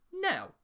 now